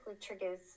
triggers